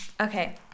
Okay